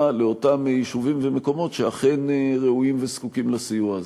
לאותם יישובים ומקומות שאכן ראויים וזקוקים לסיוע הזה.